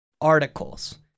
articles